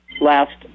last